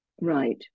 right